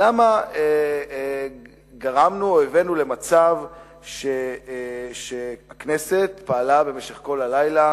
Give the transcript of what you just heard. למה גרמנו או הבאנו למצב שהכנסת פעלה במשך כל הלילה,